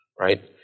right